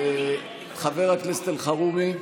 חבר הכנסת אלחרומי,